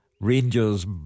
Rangers